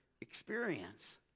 experience